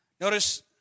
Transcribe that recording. Notice